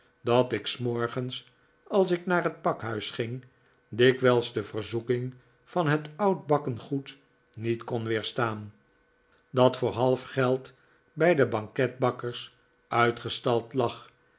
dat ik s morgens als ik naar het pakhuis ging dikwijls de verzoeking van het oudbakken goed niet kon weerstaan dat voor half geld bij de banketbakkers uitgestald lag